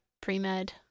pre-med